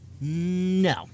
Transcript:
No